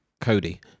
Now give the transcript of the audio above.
Cody